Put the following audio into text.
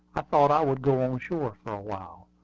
i thought i would go on shore for a while.